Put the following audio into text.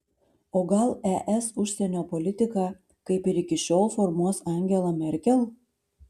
o gal es užsienio politiką kaip ir iki šiol formuos angela merkel